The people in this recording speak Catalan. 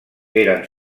eren